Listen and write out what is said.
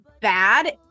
bad